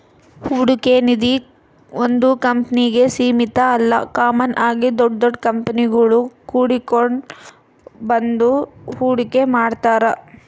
ಹೂಡಿಕೆ ನಿಧೀ ಒಂದು ಕಂಪ್ನಿಗೆ ಸೀಮಿತ ಅಲ್ಲ ಕಾಮನ್ ಆಗಿ ದೊಡ್ ದೊಡ್ ಕಂಪನಿಗುಳು ಕೂಡಿಕೆಂಡ್ ಬಂದು ಹೂಡಿಕೆ ಮಾಡ್ತಾರ